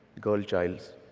girl-childs